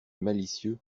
malicieux